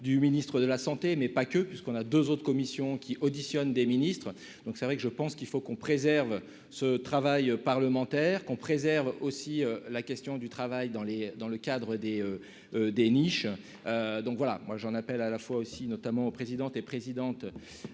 du ministre de la santé, mais pas que puisqu'on a 2 autres commission qui auditionne des ministres, donc c'est vrai que je pense qu'il faut qu'on préserve ce travail parlementaire qu'on préserve aussi la question du travail dans les, dans le cadre des des niches, donc voilà moi j'en appelle à la fois aussi notamment au président et présidente